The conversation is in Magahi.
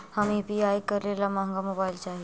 हम यु.पी.आई करे ला महंगा मोबाईल चाही?